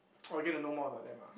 oh get to know more about them ah